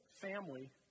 family